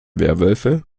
werwölfe